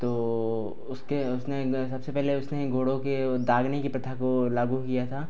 तो उसके उसने सबसे पहले उसने घोड़ों को दागने की प्रथा को लागू किया था